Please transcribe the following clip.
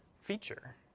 feature